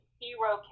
hero